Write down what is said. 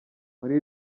muri